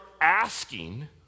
asking